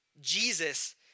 Jesus